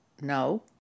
no